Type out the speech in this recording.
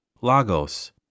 Lagos